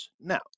now